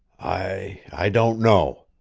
i i don't know.